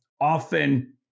often